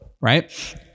right